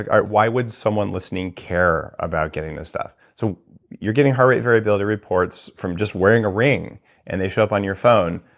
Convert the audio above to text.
like why would someone listening care about getting this stuff? so you're getting heart rate variability reports from just wearing a ring and they show up on your phone.